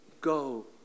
go